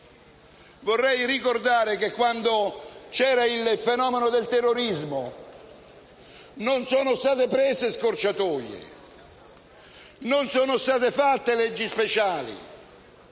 vorrei ricordare che, quando c'era il fenomeno del terrorismo, non sono state prese scorciatoie e non sono state fatte leggi speciali.